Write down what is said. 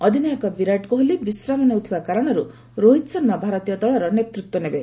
ଅଧିନାୟକ ବିରାଟ୍ କୋହଲି ବିଶ୍ରାମ ନେଉଥିବା କାରଣରୁ ରୋହିତ ଶର୍ମା ଭାରତୀୟ ଦଳର ନେତୃତ୍ୱ ନେବେ